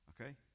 Okay